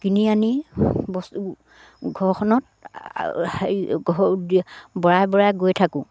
কিনি আনি বস্তু ঘৰখনত হে ঘ বঢ়াই বঢ়াই গৈ থাকোঁ